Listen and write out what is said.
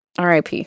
RIP